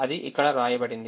అది ఇక్కడ వ్రాయబడింది